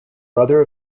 brother